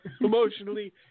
Emotionally